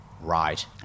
right